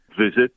visit